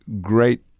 great